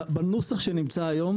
בנוסח שנמצא היום